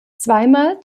zweimal